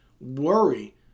worry